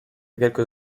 quelques